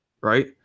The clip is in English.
right